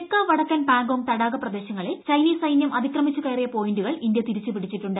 തെക്ക് വടക്കൻ പാങ്കോംഗ് തടാക പ്രദേശങ്ങളിൽ ചൈനീസ് സൈന്യം അതിക്രമിച്ച് കയറിയ പോയിന്റുകൾ ഇന്ത്യ തിരിച്ചുപിടിച്ചിട്ടുണ്ട്